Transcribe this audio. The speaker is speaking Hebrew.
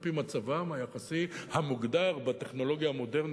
על-פי מצבם היחסי המוגדר בטכנולוגיה המודרנית,